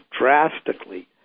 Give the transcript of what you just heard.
drastically